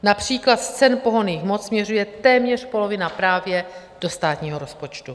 Například z cen pohonných hmot směřuje téměř polovina právě do státního rozpočtu.